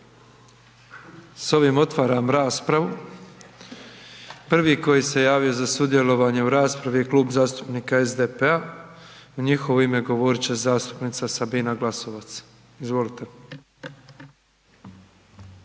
S ovim otvaram raspravu, prvi koji se javio za sudjelovanje u raspravi je Klub zastupnika SDP-a, u njihovo ime govorit će zastupnica Sabina Glasovac. Izvolite.